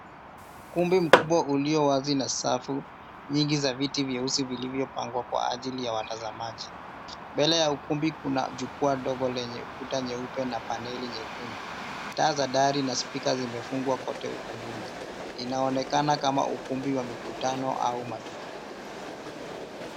Ukumbi mkubwa ulio wazi na safu nyingi za viti vyeusi vilivyopangwa kwa ajili ya watazamaji. Mbele ya ukumbi kuna jukwaa dogo lenye kuta nyeupe na paneli nyekundu. Taa za dari na spika zimefungwa kote ukumbuni, inaonekana kama ukumbi wa mikutano au matukeo.